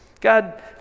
God